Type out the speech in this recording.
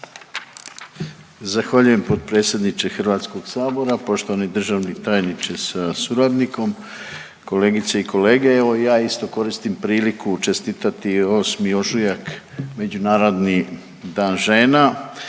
Zahvaljujem potpredsjedniče HS. Poštovani državni tajniče sa suradnikom, kolegice i kolege, evo ja isto koristim priliku čestitati 8. ožujak, Međunarodni dan žena